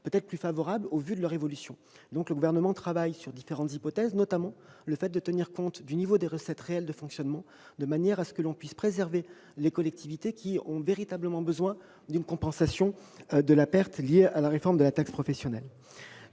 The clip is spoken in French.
peut-être plus favorable. Le Gouvernement travaille sur différentes hypothèses, notamment tenir compte du niveau des recettes réelles de fonctionnement, de manière que l'on puisse préserver les collectivités ayant véritablement besoin d'une compensation de la perte liée à la réforme de la taxe professionnelle.